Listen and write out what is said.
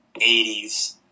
80s